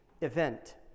event